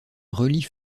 relie